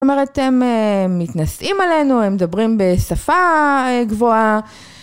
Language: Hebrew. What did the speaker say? זאת אומרת, הם מתנשאים עלינו, הם מדברים בשפה גבוהה.